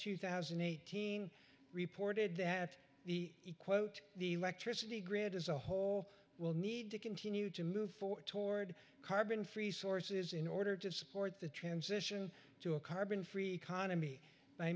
two thousand and eighteen reported that the quote the lek tricity grid as a whole will need to continue to move forward toward carbon free sources in order to support the transition to a carbon free